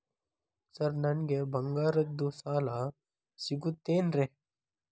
Sir ನನಗೆ ಬಂಗಾರದ್ದು ಸಾಲ ಸಿಗುತ್ತೇನ್ರೇ?